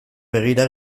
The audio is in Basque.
begira